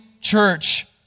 church